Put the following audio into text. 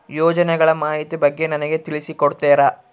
ಯೋಜನೆಗಳ ಮಾಹಿತಿ ಬಗ್ಗೆ ನನಗೆ ತಿಳಿಸಿ ಕೊಡ್ತೇರಾ?